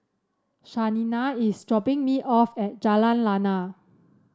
Shaina is dropping me off at Jalan Lana